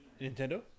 Nintendo